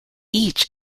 each